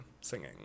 singing